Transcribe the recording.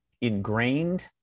ingrained